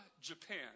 Japan